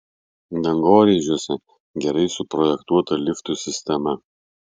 dangoraižiuose gerai suprojektuota liftų sistema